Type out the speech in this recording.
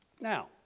Now